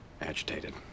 agitated